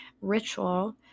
ritual